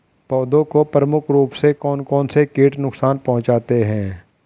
पौधों को प्रमुख रूप से कौन कौन से कीट नुकसान पहुंचाते हैं?